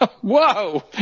Whoa